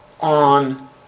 on